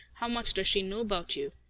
how much does she know about you?